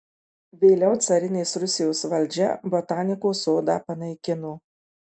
vėliau carinės rusijos valdžia botanikos sodą panaikino